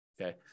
Okay